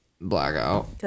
Blackout